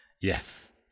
yes